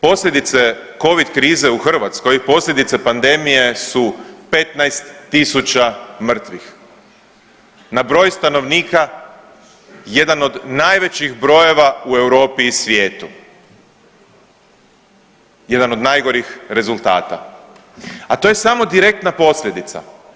Posljedice covid krize u Hrvatskoj, posljedice pandemije su 15 tisuća mrtvih, na broj stanovnika jedan od najvećih brojeva u Europi i svijetu, jedan od najgorih rezultata, a to je samo direktna posljedica.